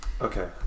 Okay